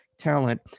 talent